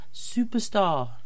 Superstar